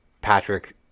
Patrick